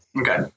Okay